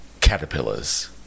caterpillars